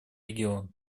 регион